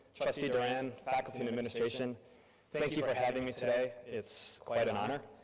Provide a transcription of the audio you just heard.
trustee doran, faculty and administration thank you for having me today, it's quite an honor.